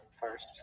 first